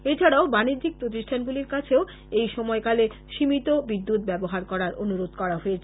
এছাড়াও বানিজ্যিক প্রতিষ্ঠানগুলির কাছেও এই সময়কালে সীমিত বিদ্যুৎ ব্যবহার করার অনুরোধ করা হয়েছে